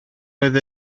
oedd